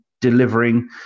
delivering